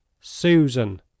Susan